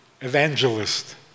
evangelist